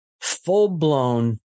full-blown